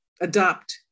adopt